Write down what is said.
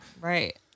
right